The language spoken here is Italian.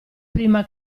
prima